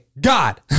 god